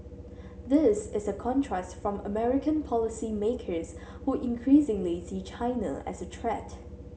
this is a contrast from American policymakers who increasingly see China as a threat